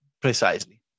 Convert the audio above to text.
Precisely